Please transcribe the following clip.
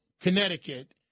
Connecticut